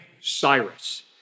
Cyrus